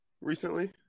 recently